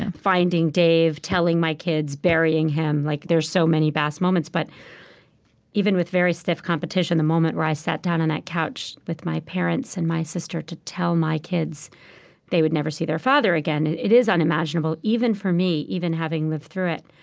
and finding dave, telling my kids, burying him, like, there are so many bad moments. but even with very stiff competition, the moment i sat down on that couch with my parents and my sister to tell my kids they would never see their father again, it is unimaginable, even for me, even having lived through it.